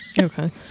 Okay